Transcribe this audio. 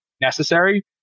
necessary